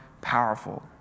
powerful